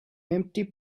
empty